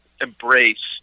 embrace